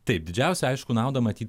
taip didžiausia aišku matyt